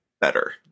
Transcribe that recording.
better